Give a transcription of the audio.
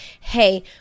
hey